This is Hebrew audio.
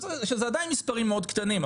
זה עדיין מספרים מאוד קטנים.